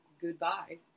goodbye